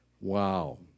Wow